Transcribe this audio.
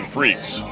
Freaks